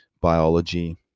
biology